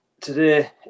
today